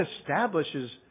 establishes